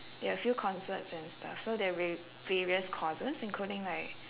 there are a few concerts and stuff so there var~ were various causes including like